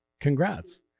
Congrats